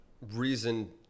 reason